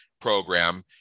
program